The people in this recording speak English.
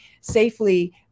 safely